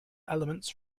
elements